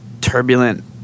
turbulent